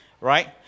right